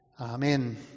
Amen